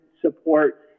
support